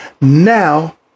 Now